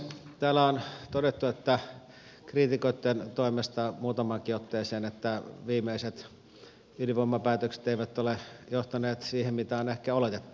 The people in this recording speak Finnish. täällä on todettu kriitikoitten toimesta muutamaankin otteeseen että viimeiset ydinvoimapäätökset eivät ole johtaneet siihen mitä on ehkä oletettu